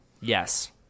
Yes